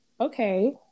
Okay